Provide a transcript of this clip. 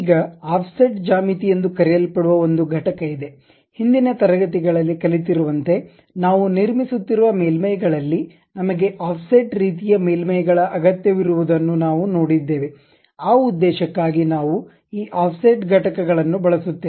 ಈಗ ಆಫ್ಸೆಟ್ ಜ್ಯಾಮಿತಿ ಎಂದು ಕರೆಯಲ್ಪಡುವ ಒಂದು ಘಟಕ ಇದೆ ಹಿಂದಿನ ತರಗತಿಗಳಲ್ಲಿ ಕಲಿತಿರುವಂತೆ ನಾವು ನಿರ್ಮಿಸುತ್ತಿರುವ ಮೇಲ್ಮೈಗಳಲ್ಲಿ ನಮಗೆ ಆಫ್ಸೆಟ್ ರೀತಿಯ ಮೇಲ್ಮೈಗಳ ಅಗತ್ಯವಿರುವದನ್ನು ನಾವು ನೋಡಿದ್ದೇವೆ ಆ ಉದ್ದೇಶಕ್ಕಾಗಿ ನಾವು ಈ ಆಫ್ಸೆಟ್ ಘಟಕಗಳನ್ನು ಬಳಸುತ್ತೇವೆ